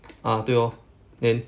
ah 对 lor then